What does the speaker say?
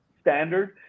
standard